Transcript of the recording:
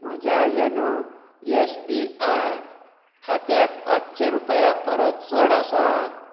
म्हज्या YONO S B I खात्यांत पांचशी रुपया परस चड आसा